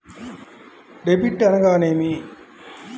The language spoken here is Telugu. డెబిట్ అనగానేమి?